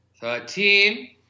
thirteen